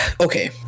Okay